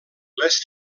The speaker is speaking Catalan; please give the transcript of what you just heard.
les